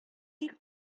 тик